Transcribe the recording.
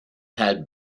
had